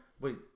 Wait